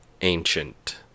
Ancient